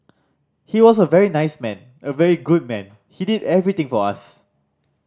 he was a very nice man a very good man he did everything for us